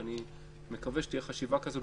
ואני מקווה שתהיה חשיבה כזאת,